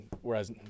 whereas